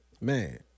Man